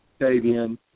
Davian